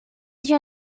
your